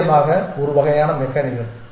நிச்சயமாக ஒரு வகையான மெக்கானிசம்